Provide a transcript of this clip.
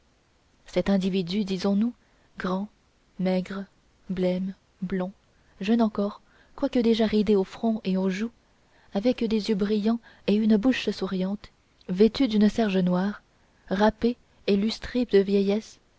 cet individu disons-nous grand maigre blême blond jeune encore quoique déjà ridé au front et aux joues avec des yeux brillants et une bouche souriante vêtu d'une serge noire râpée et lustrée de vieillesse